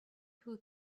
who